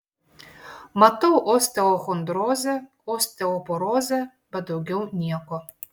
matau osteochondrozę osteoporozę bet daugiau nieko